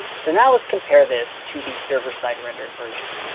so now let's compare this to the server-side rendered version.